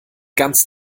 ganz